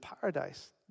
paradise